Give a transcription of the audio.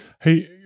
hey